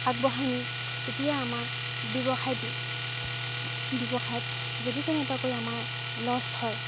আগবঢ়াই নিওঁ তেতিয়া আমাৰ ব্যৱসায় দি ব্যৱসায়ত যদি কেনেবাকৈ আমাৰ লছ হয়